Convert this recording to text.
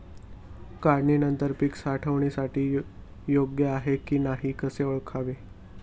काढणी नंतर पीक साठवणीसाठी योग्य आहे की नाही कसे ओळखावे?